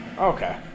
Okay